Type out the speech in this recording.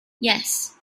yes